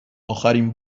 آخرین